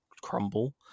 crumble